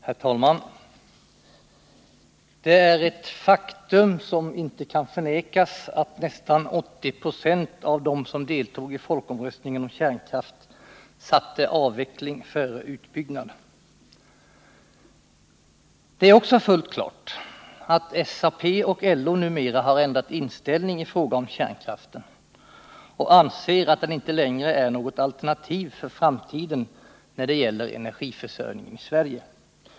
Herr talman! Det är ett faktum som inte kan förnekas att nästan 80 90 av dem som deltog i folkomröstningen om kärnkraft satte avveckling före utbyggnad. Det är också fullt klart att SAP och LO numera har ändrat inställning i fråga om kärnkraften och anser att den inte längre är något alternativ för framtiden när det gäller energiförsörjningen i Sverige.